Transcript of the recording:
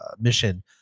mission